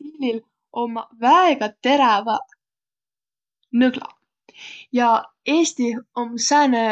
Siilil ommaq väega teräväq nõglaq. Ja Eestih om sääne